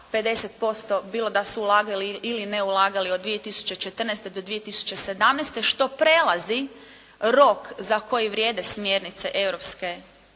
50%, bilo da su ulagali ili ne ulagali od 2014. do 2017., što prelazi rok za koji vrijede smjernice